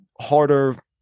harder